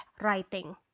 writing